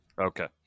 Okay